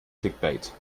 clickbait